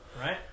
right